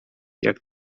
jak